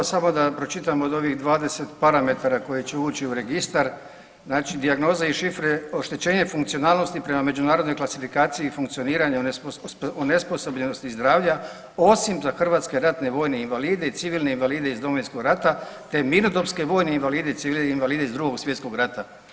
Pa evo samo da vam pročitam od ovih 20 parametara koji će ući u registar, znači dijagnoze i šifre oštećenje funkcionalnosti prema međunarodnoj klasifikaciji funkcioniranja onesposobljenosti zdravlja osim za hrvatske ratne vojne invalide i civilne invalide iz Domovinskog rata te mirnodobske vojne invalide i civilni invalidi iz Drugog svjetskog rata.